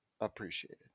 appreciated